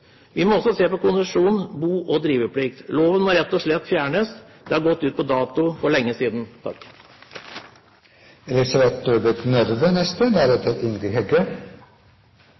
Vi må også se på konsesjon, bo- og driveplikt. Loven må rett og slett fjernes. Den har gått ut på dato for lenge siden.